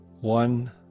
one